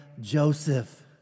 Joseph